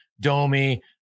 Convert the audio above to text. Domi